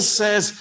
says